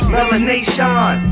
Melanation